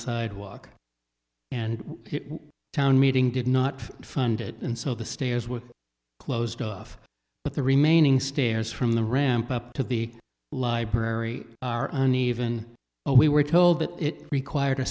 sidewalk and town meeting did not fund it and so the stairs were closed off but the remaining stairs from the ramp up to the library are uneven we were told that it required